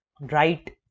right